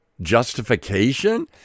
justification